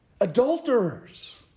adulterers